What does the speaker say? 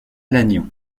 lannion